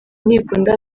ntikunda